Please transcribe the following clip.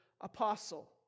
apostle